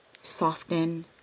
soften